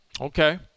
Okay